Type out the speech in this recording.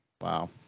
Wow